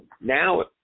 now